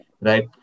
right